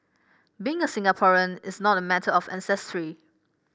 being a Singaporean is not a matter of ancestry